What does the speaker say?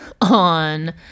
on